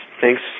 thanks